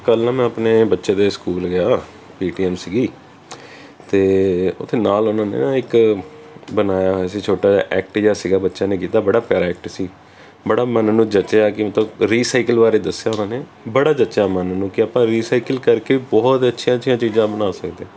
ਕੱਲ੍ਹ ਮੈਂ ਆਪਣੇ ਬੱਚੇ ਦੇ ਸਕੂਲ ਗਿਆ ਪੀ ਟੀ ਐਮ ਸੀਗੀ ਅਤੇ ਉੱਥੇ ਨਾਲ ਉਹਨਾਂ ਨੇ ਨਾ ਇੱਕ ਬਣਾਇਆ ਹੋਇਆ ਸੀ ਛੋਟਾ ਜਿਹਾ ਐਕਟ ਜਿਹਾ ਸੀਗਾ ਬੱਚਿਆਂ ਨੇ ਕੀਤਾ ਬੜਾ ਪਿਆਰਾ ਐਕਟ ਸੀ ਬੜਾ ਮਨ ਨੂੰ ਜਚਿਆ ਕਿ ਮਤਲਬ ਰੀਸਾਈਕਲ ਬਾਰੇ ਦੱਸਿਆ ਉਹਨਾਂ ਨੇ ਬੜਾ ਜਚਿਆ ਮਨ ਨੂੰ ਕਿ ਆਪਾਂ ਰੀਸਾਈਕਲ ਕਰਕੇ ਬਹੁਤ ਅੱਛੀਆਂ ਅੱਛੀਆਂ ਚੀਜ਼ਾਂ ਬਣਾ ਸਕਦੇ